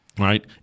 right